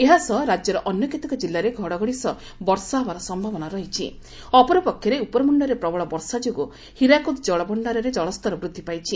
ଏହାସହ ରାକ୍ୟର ଅନ୍ୟ କେତେକ ଜିଲ୍ଲାରେ ଘଡ଼ଘଡ଼ି ସହ ବର୍ଷା ହେବାର ସୟାବନା ଅପରପକ୍ଷରେ ଉପରମୁଖରେ ପ୍ରବଳ ବର୍ଷା ଯୋଗୁଁ ହୀରାକୁଦ ଜଳଭଣ୍ତାରେ ଜଳ୍ୱର ବୃଦ୍ଧି ପାଇଛି